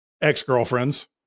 ex-girlfriends